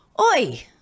Oi